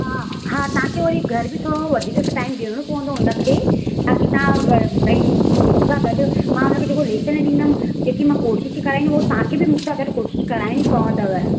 हा हा तव्हांखे वरी घर बि थोरो वधीक टाइम ॾियणो पवंदो हुनखे ताक़ी तव्हां वर भई मुसां गॾु मां हुनखे जेको लेसन ॾींदमि जेकी मां कोशिशि कराईंदमि हो तव्हांखे बि मुसां गॾु कोशिशि कराईणी पवंदव